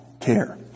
care